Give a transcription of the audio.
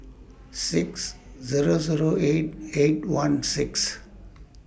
six Zero Zero eight eight one six